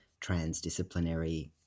transdisciplinary